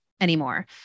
anymore